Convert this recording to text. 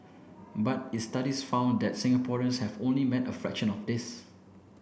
but its study found that Singaporeans have only met a fraction of this